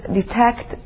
detect